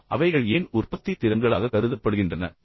இப்போது அவர்கள் ஏன் உற்பத்தி திறன்களாக கருதப்படுகிறார்கள்